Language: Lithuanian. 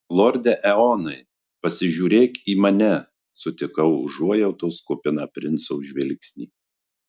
lorde eonai pasižiūrėk į mane sutikau užuojautos kupiną princo žvilgsnį